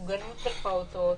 מוגנות של פעוטות,